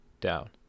down